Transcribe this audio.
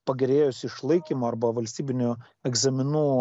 pagerėjus išlaikymo arba valstybinių egzaminų